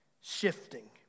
shifting